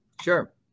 sure